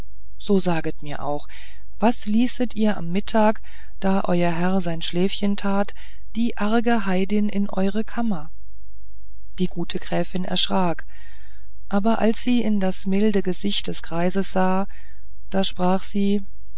so saget mir auch was ließet ihr um mittag da euer herr sein schläfchen tat die arge heidin in eure kammer die gute gräfin erschrak aber als sie in das milde gesicht des greises sah da sprach sie